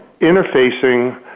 interfacing